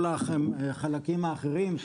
כל החלקים האחרים,